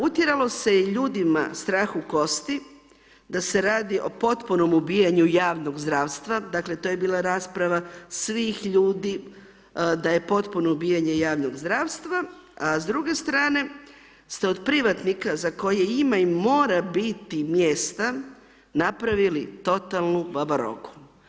Utjeralo se ljudima strah u kosti da se radi o potpunom ubijanju javnog zdravstva, dakle to je bila rasprava svih ljudi da je potpuno ubijanje javnog zdravstva, a s druge strane ste od privatnika za koje ima i mora biti mjesta napravili totalnu babarogu.